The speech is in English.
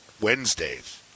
Wednesdays